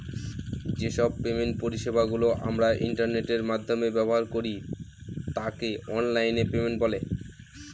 যে সব পেমেন্ট পরিষেবা গুলো আমরা ইন্টারনেটের মাধ্যমে ব্যবহার করি তাকে অনলাইন পেমেন্ট বলে